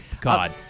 God